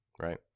Right